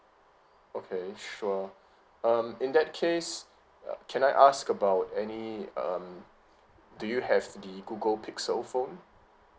okay sure um in that case uh can I ask about any um do you have the google pixel phone